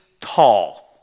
tall